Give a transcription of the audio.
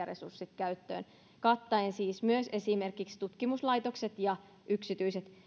resurssit käyttöön kattaen siis myös esimerkiksi tutkimuslaitokset ja yksityiset